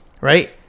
right